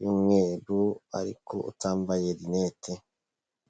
y'umweru ariko utambaye rinete.